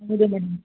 ಹೌದು ಮೇಡಮ್